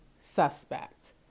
suspect